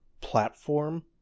platform